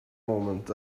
moment